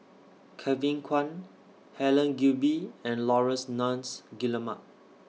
Kevin Kwan Helen Gilbey and Laurence Nunns Guillemard